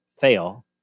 fail